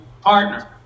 partner